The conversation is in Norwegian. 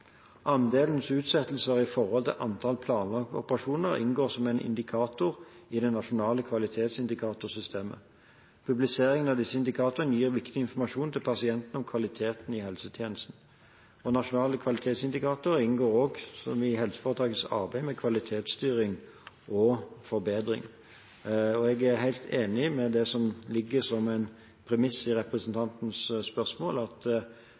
utsettelser i forhold til antall planlagte operasjoner inngår som en indikator i det nasjonale kvalitetsindikatorsystemet. Publiseringen av disse indikatorene gir viktig informasjon til pasientene om kvaliteten i helsetjenestene. Nasjonale kvalitetsindikatorer inngår også i helseforetakenes arbeid med kvalitetsstyring og -forbedring. Jeg er helt enig i det som ligger som en premiss i representantens spørsmål, at